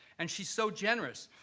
and she's so generous.